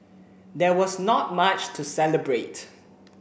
there was not much to celebrate